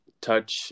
touch